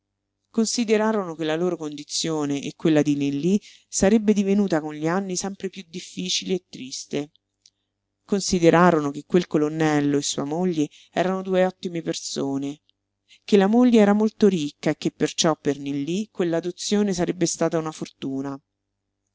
considerarono che la loro condizione e quella di nillí sarebbe divenuta con gli anni sempre piú difficile e triste considerarono che quel colonnello e sua moglie erano due ottime persone che la moglie era molto ricca e che perciò per nillí quell'adozione sarebbe stata una fortuna